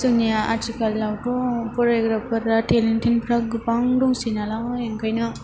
जोंनि आथिखालावथ' फरायग्राफोरा थेलेन्टेनफ्रा गोबां दंसै नालाइ ओंखायनो